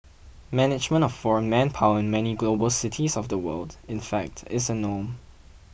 management of foreign manpower in many global cities of the world in fact is a norm